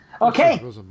Okay